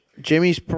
Jimmy's